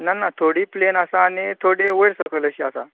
ना ना थोडी प्लेन आसात आनी थोडी वयर सकयल अशीं आसा